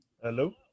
Hello